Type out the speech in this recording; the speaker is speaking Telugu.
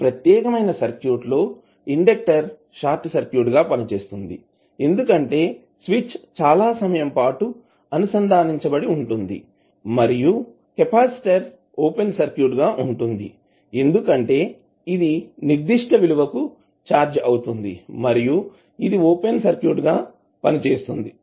ఈ ప్రత్యేకమైన సర్క్యూట్ లో ఇండెక్టర్ షార్ట్ సర్క్యూట్గా పనిచేస్తుంది ఎందుకంటే స్విచ్ చాలా సమయం పాటు అనుసంధానించబడి ఉంటుంది మరియు కెపాసిటర్ ఓపెన్ సర్క్యూట్గా ఉంటుంది ఎందుకంటే ఇది నిర్దిష్ట విలువకు ఛార్జ్ అవుతుంది మరియు ఇది ఓపెన్ సర్క్యూట్గా పనిచేస్తుంది